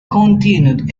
continued